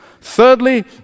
Thirdly